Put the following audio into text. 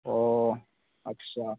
অ আচ্ছা